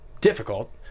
difficult